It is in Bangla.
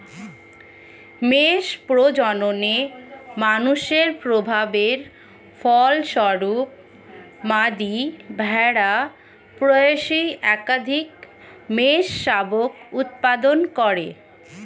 মেষ প্রজননে মানুষের প্রভাবের ফলস্বরূপ, মাদী ভেড়া প্রায়শই একাধিক মেষশাবক উৎপাদন করে